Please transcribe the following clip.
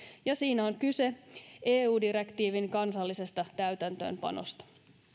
ja siinä on kyse eu direktiivin kansallisesta täytäntöönpanosta